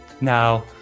Now